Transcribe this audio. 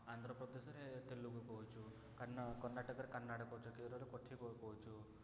ଆନ୍ଧ୍ରପ୍ରଦେଶରେ ତେଲୁଗୁ କହୁଛୁ କର୍ଣ୍ଣାଟକରେ କନ୍ନଡ଼ା କହୁଛୁ କେରଳ କହୁଛୁ